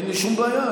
אין לי שום בעיה.